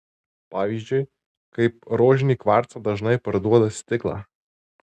pavyzdžiui kaip rožinį kvarcą dažnai parduoda stiklą